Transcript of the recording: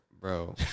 Bro